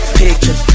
picture